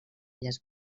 illes